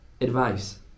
advice